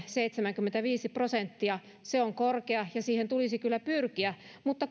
seitsemänkymmentäviisi prosenttia on korkea ja siihen tulisi kyllä pyrkiä mutta